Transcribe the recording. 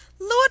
Lord